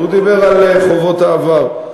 הוא דיבר על חובות העבר,